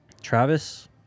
Travis